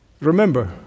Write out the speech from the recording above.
Remember